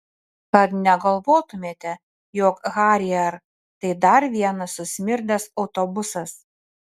kad negalvotumėte jog harrier tai dar vienas susmirdęs autobusas